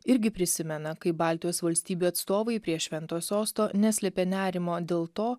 irgi prisimena kaip baltijos valstybių atstovai prie švento sosto neslėpė nerimo dėl to